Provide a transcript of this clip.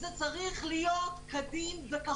זה צריך להיות כדין וכחוק.